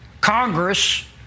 Congress